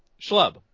schlub